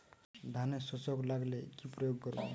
ধানের শোষক লাগলে কি প্রয়োগ করব?